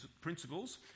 principles